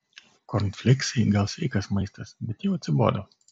kornfleiksai gal sveikas maistas bet jau atsibodo